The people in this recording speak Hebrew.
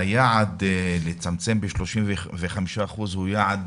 היעד לצמצם ב-35% הוא יעד